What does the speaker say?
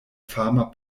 fama